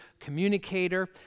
Communicator